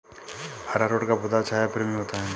अरारोट का पौधा छाया प्रेमी होता है